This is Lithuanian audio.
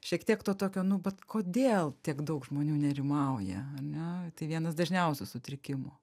šiek tiek to tokio nu vat kodėl tiek daug žmonių nerimauja ane tai vienas dažniausių sutrikimų